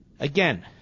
Again